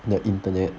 the internet